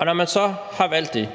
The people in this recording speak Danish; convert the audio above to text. Når man så har valgt det,